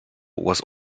was